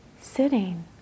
sitting